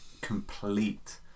complete